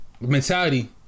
mentality